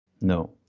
No